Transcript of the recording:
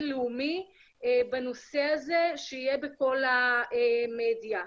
לאומי בנושא הזה שיהיה בכל המדיה.